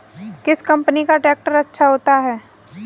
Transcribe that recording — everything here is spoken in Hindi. किस कंपनी का ट्रैक्टर अच्छा होता है?